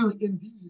indeed